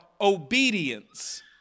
obedience